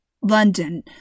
London